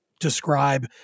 describe